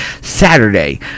Saturday